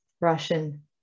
Russian